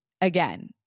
again